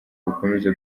ukomeza